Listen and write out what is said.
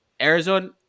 Arizona